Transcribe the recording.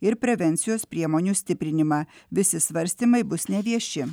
ir prevencijos priemonių stiprinimą visi svarstymai bus nevieši